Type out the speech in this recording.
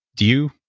do you?